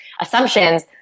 assumptions